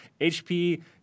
HP